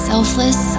Selfless